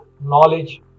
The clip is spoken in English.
knowledge